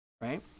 right